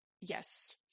Yes